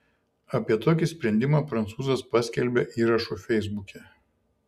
apie tokį sprendimą prancūzas paskelbė įrašu feisbuke